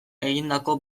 egindako